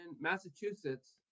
Massachusetts